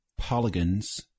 polygons